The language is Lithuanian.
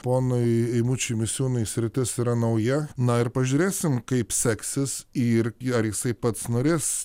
ponui eimučiui misiūnui sritis yra nauja na ir pažiūrėsim kaip seksis ir į ar jisai pats norės